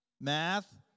Math